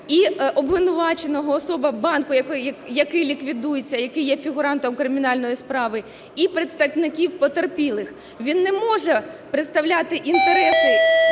і обвинуваченого, особа банку, який ліквідується, який є фігурантом кримінальної справи; і представників потерпілих. Він не може представляти інтереси